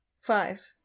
Five